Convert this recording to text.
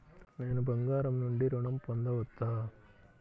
నేను బంగారం నుండి ఋణం పొందవచ్చా?